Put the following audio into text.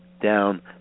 down